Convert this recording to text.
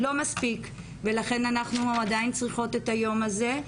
לא מספיק, ולכן אנחנו עדיין צריכות את היום הזה.